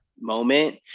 moment